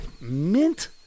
Mint